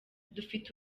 dufite